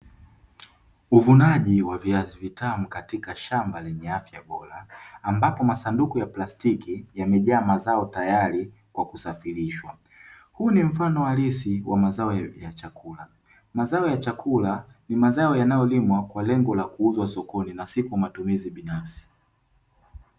Uvunaji wa viazi vitamu katika shamba lenye afya bora ambapo masanduku ya plastiki yamejaa mazao tayari kwa kusafirishwa, huu ni mfano halisi wa mazao ya chakula, mazao ya chakula ni mazao yanayolimwa kwa lengo la kuuzwa sokoni na sio kwa matumizi binafsi.